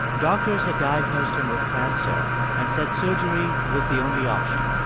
doctors had diagnosed him with cancer and said surgery was the only option.